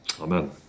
Amen